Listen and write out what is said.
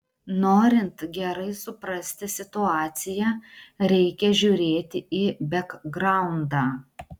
norint gerai suprasti situaciją reikia žiūrėti į bekgraundą